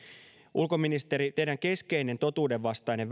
ulkoministeri teidän keskeinen totuudenvastainen